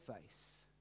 face